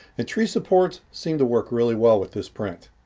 and tree supports seem to work really well with this print.